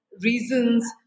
reasons